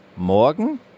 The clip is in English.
Morgen